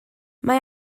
mae